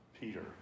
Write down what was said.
Peter